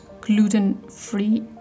gluten-free